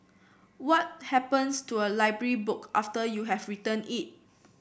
what happens to a library book after you have returned it